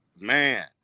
man